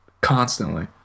constantly